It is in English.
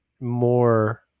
more